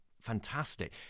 Fantastic